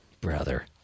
brother